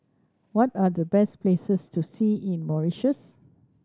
what are the best places to see in Mauritius